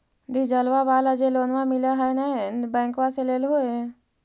डिजलवा वाला जे लोनवा मिल है नै बैंकवा से लेलहो हे?